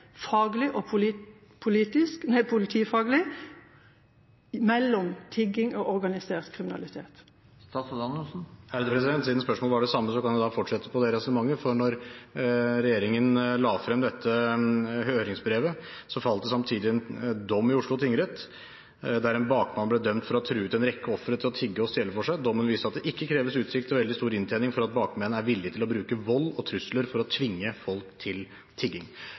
mellom tigging og organisert kriminalitet? Siden spørsmålet var det samme, kan jeg fortsette på det resonnementet. For da regjeringen la fram dette høringsbrevet, falt det samtidig en dom i Oslo tingrett der en bakmann ble dømt for å ha truet en rekke ofre til å tigge og stjele for seg. Dommen viser at det ikke kreves utsikt til veldig stor inntjening for at bakmenn er villige til å bruke vold og trusler for å tvinge folk til tigging.